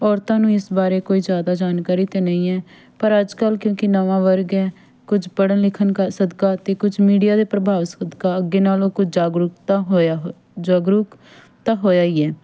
ਔਰਤਾਂ ਨੂੰ ਇਸ ਬਾਰੇ ਕੋਈ ਜ਼ਿਆਦਾ ਜਾਣਕਾਰੀ ਤਾਂ ਨਹੀਂ ਹੈ ਪਰ ਅੱਜ ਕੱਲ੍ਹ ਕਿਉਂਕਿ ਨਵਾਂ ਵਰਗ ਹੈ ਕੁਝ ਪੜ੍ਹਨ ਲਿਖਣ ਕਾ ਸਦਕਾ ਅਤੇ ਕੁਝ ਮੀਡੀਆ ਦੇ ਪ੍ਰਭਾਵ ਸਦਕਾ ਅੱਗੇ ਨਾਲੋਂ ਕੁਝ ਜਾਗਰੂਕਤਾ ਹੋਇਆ ਜਾਗਰੂਕ ਤਾਂ ਹੋਇਆ ਹੀ ਹੈ